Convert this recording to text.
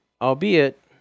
Albeit